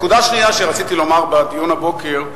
נקודה שנייה שרציתי לומר בדיון הבוקר,